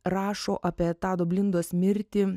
rašo apie tado blindos mirtį